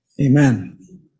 Amen